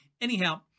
Anyhow